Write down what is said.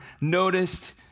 noticed